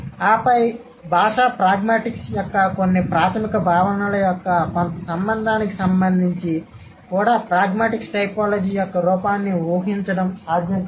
ఆపై భాషా ప్రాగ్మాటిక్స్ యొక్క కొన్ని ప్రాథమిక భావనల యొక్క కొంత సంబంధానికి సంబంధించి కూడా ప్రాగ్మాటిక్స్ టైపోలాజీ యొక్క రూపాన్ని ఊహించడం సాధ్యం కాదు